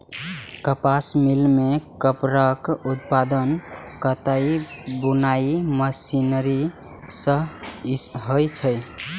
कपास मिल मे कपड़ाक उत्पादन कताइ बुनाइ मशीनरी सं होइ छै